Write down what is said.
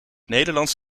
nederlands